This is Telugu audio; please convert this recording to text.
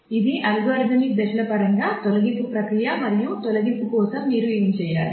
ఇది అల్గోరిథమిక్ దశల పరంగా తొలగింపు ప్రక్రియ మరియు తొలగింపు కోసం మీరు ఏమి చేయాలి